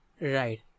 Right